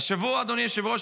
אדוני היושב-ראש,